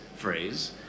phrase